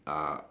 uh